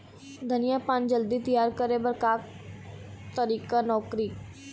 धनिया पान जल्दी तियार करे बर का तरीका नोकरी?